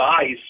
eyes